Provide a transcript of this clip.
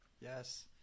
yes